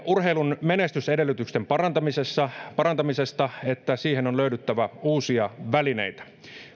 urheilun menestysedellytysten parantamisesta parantamisesta sanomme että siihen on löydyttävä uusia välineitä